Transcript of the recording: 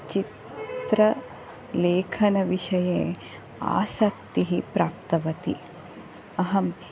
चित्र लेखनविषये आसक्तिः प्राप्तवती अहम्